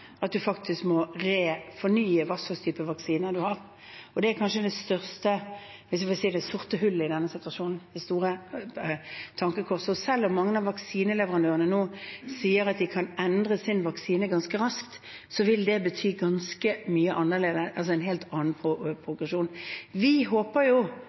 at en faktisk må fornye hvilke typer vaksiner en har, og det er kanskje «det sorte hullet», for å si det slik, det store tankekorset. Selv om mange av vaksineleverandørene nå sier at de kan endre sin vaksine ganske raskt, vil det bety en helt annen progresjon. Vi håper jo,